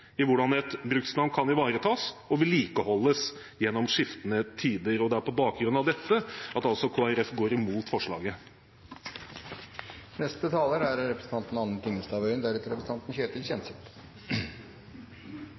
i hvordan et bruksnavn kan ivaretas og vedlikeholdes gjennom skiftende tider. Det er på bakgrunn av dette at Kristelig Folkeparti går imot forslaget. Representanten